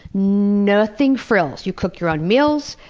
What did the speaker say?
nothing frills you cook your own meals,